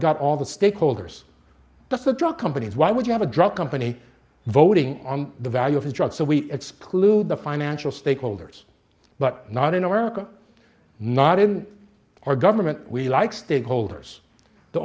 got all the stakeholders that's the drug companies why would you have a drug company voting on the value of the drug so we exclude the financial stakeholders but not in america not in our government we like stakeholders the